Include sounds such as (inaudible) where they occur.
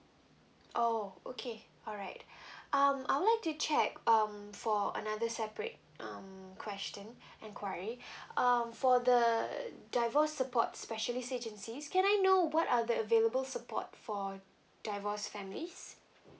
oh okay alright (breath) um I would like to check um for another separate um question (breath) enquiry (breath) um for the the divorce support specialist agencies can I know what are the available support for divorce families